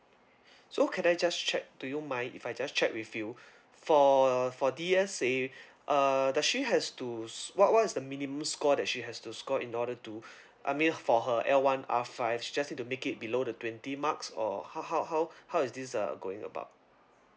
so can I just check do you mind if I just check with you for for D_S_A uh does she has to so what what is the minimum score that she has to score in order to I mean for her L one R five she just need to make it below the twenty marks or how how how how is this uh going about